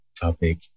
topic